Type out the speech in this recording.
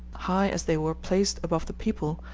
high as they were placed above the people,